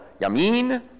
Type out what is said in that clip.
Yamin